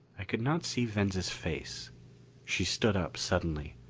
i could not see venza's face she stood up suddenly.